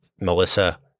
Melissa